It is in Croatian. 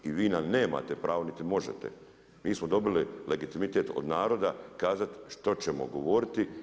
I vi nam nemate pravo niti možete, mi smo dobili legalitet od naroda kazati što ćemo govoriti.